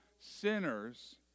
sinners